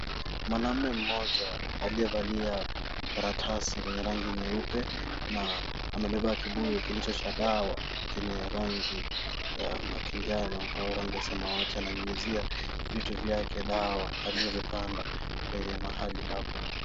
Mwanaume mmoja aliyevalia karatasi lenye rangi nyeupe na amebeba kibuyu kilicho cha dawa chenye rangi ya kijani ama eangi ya samawati, akinyunyizia vitu zake dawa aliyozipanda mahali hapo.